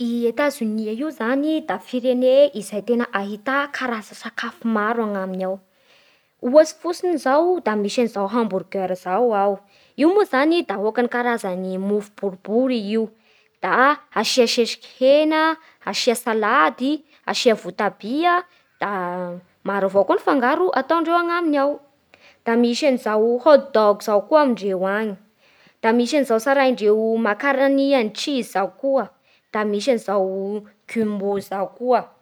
I Etazonia zany da firene ahita karaza sakafo maro anaminy ao. Ohatsy fotsiny zao da misy humbourger zao ao. Io moa zany da ôkany karazan'ny mofo boribory i io, da asia sesiky hena, asia salady, asia vôtabia Da maro avao ko fangaro atandreo anaminy ao Da misy an'izao hot dog zao koa amindreo any Da misy an'izay tsaraindreo makarany and cheese zao koa, da misy an'izao gumbo zao koa